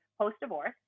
post-divorce